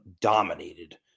dominated